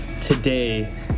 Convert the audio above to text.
today